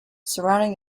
surrounding